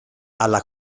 alla